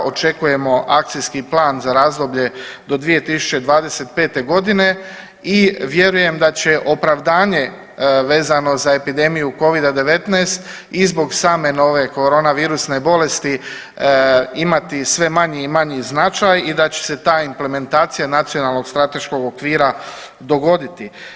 Očekujemo akcijski plan za razdoblje do 2025. godine i vjerujem da će opravdanje vezano za epidemiju COVID-19 i zbog corona virusne bolesti imati sve manji i manji značaj i da će se ta implementacija nacionalnog strateškog okvira dogoditi.